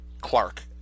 Clark